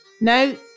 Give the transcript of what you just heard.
No